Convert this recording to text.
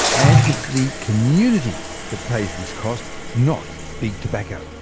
and it's the community that pays this cost not big tobacco.